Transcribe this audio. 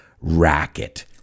racket